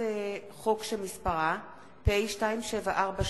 ניצן הורוביץ,